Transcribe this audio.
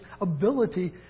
ability